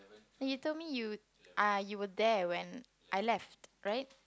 then you told me you uh you were there when I left right